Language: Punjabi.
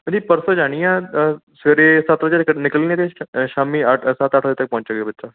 ਜੀ ਪਰਸੋਂ ਜਾਣੀ ਆ ਸਵੇਰੇ ਸੱਤ ਵਜੇ ਤੱਕ ਨਿਕਲਣਗੇ ਸ਼ਾਮੀ ਅੱ ਸੱਤ ਅੱਠ ਵਜੇ ਤੱਕ ਪਹੁੰਚੇਗਾ ਬੱਚਾ